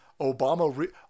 obama